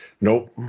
Nope